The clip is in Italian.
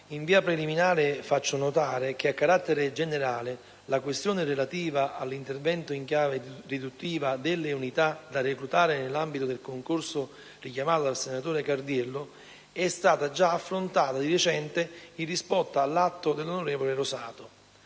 in via preliminare faccio notare che, a carattere generale, la questione relativa all'intervento in chiave riduttiva delle unità da reclutare nell'ambito del concorso richiamato dal senatore Cardiello è stata già affrontata di recente in risposta ad un atto dell'onorevole Rosato.